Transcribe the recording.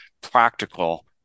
practical